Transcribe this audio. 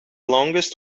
longest